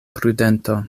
prudento